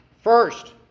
First